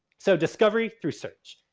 so, discovery through search.